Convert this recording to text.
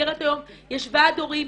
מסגרת היום יש ועד הורים.